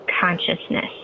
consciousness